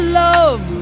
love